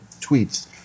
tweets